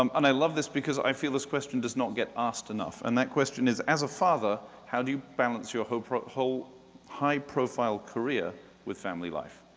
um and i love this because i feel this question does not get asked enough. and that question is, as a father how do you balance your whole whole high-profile career with family life?